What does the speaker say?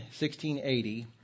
1680